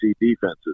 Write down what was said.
defenses